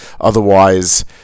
Otherwise